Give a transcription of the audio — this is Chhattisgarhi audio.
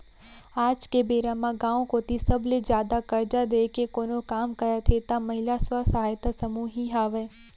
आज के बेरा म गाँव कोती सबले जादा करजा देय के कोनो काम करत हे त महिला स्व सहायता समूह ही हावय